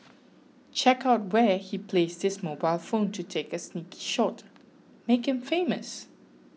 check out where he placed his mobile phone to take a sneaky shot make him famous